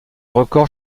record